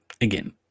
again